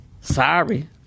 Sorry